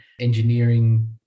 engineering